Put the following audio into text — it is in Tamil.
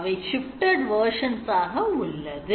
அவை shifed versions ஆக உள்ளது